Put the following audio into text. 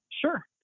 Sure